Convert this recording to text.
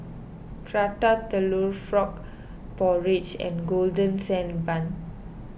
Prata Telur Frog Porridge and Golden Sand Bun